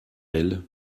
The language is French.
elles